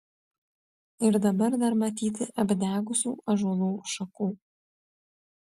ir dabar dar matyti apdegusių ąžuolų šakų